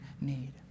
need